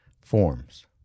forms